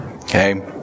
Okay